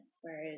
Whereas